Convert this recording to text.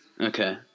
Okay